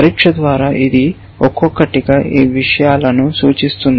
పరీక్ష ద్వారా ఇది ఒక్కొక్కటిగా ఈ విషయాలను సూచిస్తుంది